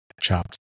chopped